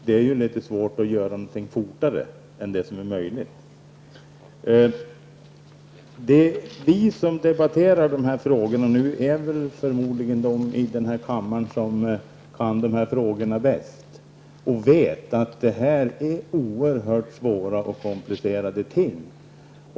Det är ju litet svårt att göra någonting fortare än det som är möjligt. Vi som debatterar de här frågorna nu är förmodligen de i den här kammaren som kan frågorna bäst och vet att detta är oerhört svåra och komplicerade ting.